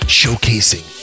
showcasing